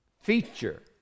feature